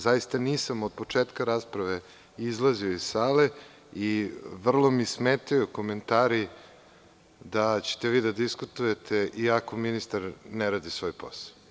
Zaista nisam od početka rasprave izlazio iz sale i vrlo mi smetaju komentari da ćete vi da diskutujete iako ministar ne radi svoj posao.